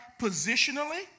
positionally